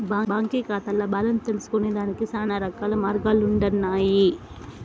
బాంకీ కాతాల్ల బాలెన్స్ తెల్సుకొనేదానికి శానారకాల మార్గాలుండన్నాయి